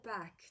back